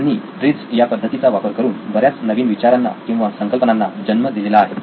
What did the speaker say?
त्यांनी ट्रीझ या पद्धतीचा वापर करून बऱ्याच नवीन विचारांना किंवा संकल्पनांना जन्म दिलेला आहे